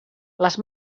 les